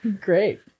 Great